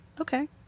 Okay